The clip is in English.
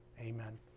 Amen